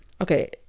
okay